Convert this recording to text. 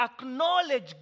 acknowledge